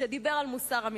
שדיבר על מוסר המלחמה: